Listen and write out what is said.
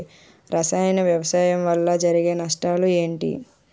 రసాయన వ్యవసాయం వల్ల జరిగే నష్టాలు ఏంటి?